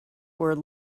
were